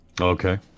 Okay